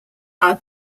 are